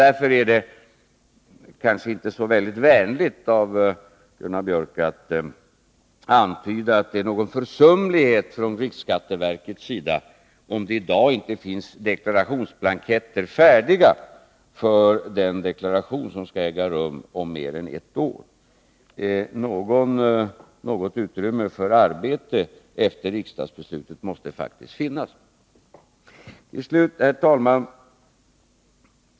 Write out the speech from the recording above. Därför är det kanske inte så väldigt vänligt av Gunnar Biörck att antyda att det är någon försumlighet från riksskatteverkets sida om det i dag inte finns deklarationsblanketter färdiga för den deklaration som skall äga rum om mer än ett år. Något utrymme för arbete efter riksdagsbeslutet måste faktiskt finnas. Herr talman!